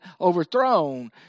overthrown